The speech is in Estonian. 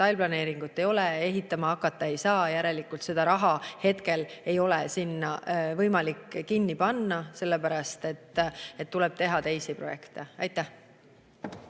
detailplaneeringut ei ole, ehitama hakata ei saa, järelikult seda raha hetkel ei ole võimalik sinna alla kinni panna, sest tuleb teha teisi projekte. Aitäh!